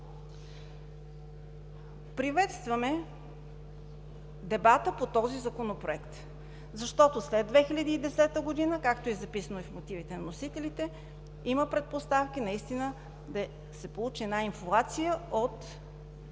Приветстваме дебата по този Законопроект, защото след 2010 г., както е записано и в мотивите на вносителите, има предпоставки наистина да се получи една инфлация от